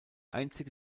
einzige